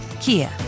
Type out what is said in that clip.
Kia